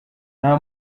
nta